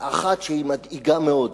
אחת שהיא מדאיגה מאוד,